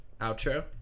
outro